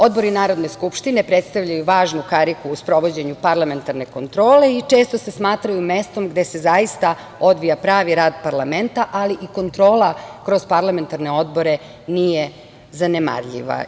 Odbori Narodne skupštine predstavljaju važnu kariku u sprovođenju parlamentarne kontrole i često se smatraju mestom gde se zaista odvija pravi rad parlamenta, ali i kontrola kroz parlamentarne odbore nije zanemarljiva.